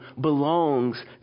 belongs